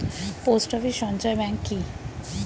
Post office সঞ্চয় bank কি?